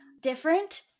different